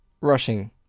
rushing